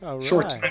short